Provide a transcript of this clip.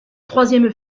troisième